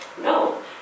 No